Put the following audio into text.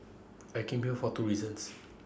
I came here for two reasons